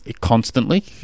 constantly